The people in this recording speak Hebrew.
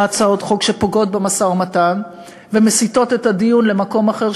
הצעות חוק שפוגעות במשא-ומתן ומסיטות את הדיון למקום אחר,